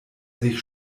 sich